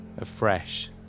afresh